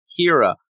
Kira